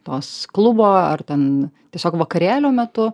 tos klubo ar ten tiesiog vakarėlio metu